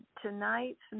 Tonight's